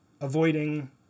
avoiding